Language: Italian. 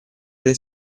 pre